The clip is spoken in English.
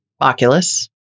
oculus